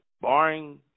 barring